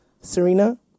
serena